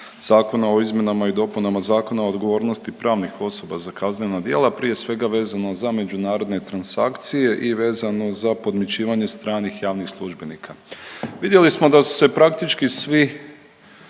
Zakona o izmjenama i dopunama Zakona o odgovornosti pravnih osoba za kaznena djela prije svega vezano za međunarodne transakcije i vezano za podmićivanje stranih javnih službenika. Vidjeli smo da su se praktički svi